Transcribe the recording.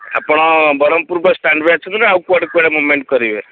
ଆପଣ ବ୍ରହ୍ମପୁର ବସ୍ ଷ୍ଟାଣ୍ଡରେ ଅଛନ୍ତି ନା ଆଉ କୁଆଡ଼େ କୁଆଡ଼େ ମୁଭ୍ମେଣ୍ଟ କରିବେ